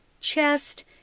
chest